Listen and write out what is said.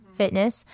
fitness